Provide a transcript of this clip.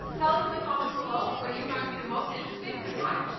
tell us in the comments below what you found to be the most interesting, and why?